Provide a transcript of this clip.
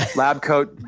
lab coat,